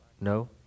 No